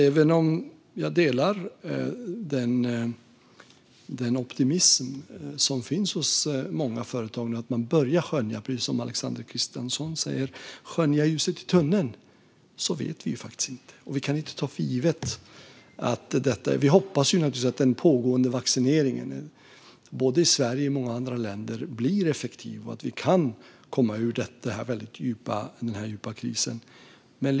Även om jag delar den optimism som nu finns hos många företag - man börjar skönja ljuset i tunneln, precis som Alexander Christiansson säger - så vet vi faktiskt inte. Vi hoppas naturligtvis att den pågående vaccineringen både i Sverige och i många andra länder blir effektiv och att vi kan komma ur detta och den djupa krisen.